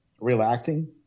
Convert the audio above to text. relaxing